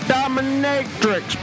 Dominatrix